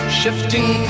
shifting